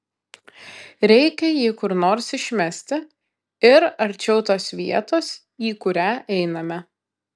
reikia jį kur nors išmesti ir arčiau tos vietos į kurią einame